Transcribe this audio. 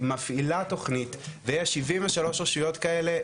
מפעילה תוכנית ויש 73 רשויות כאלה,